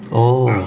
oh